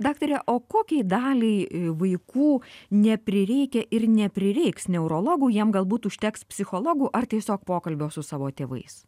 daktare o kokiai daliai vaikų neprireikia ir neprireiks neurologų jiem galbūt užteks psichologų ar tiesiog pokalbio su savo tėvais